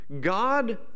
God